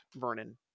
Vernon